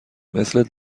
مثل